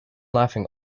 laughing